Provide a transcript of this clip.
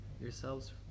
yourselves